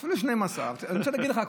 אפילו 12. אני רוצה להגיד לך,